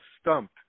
stumped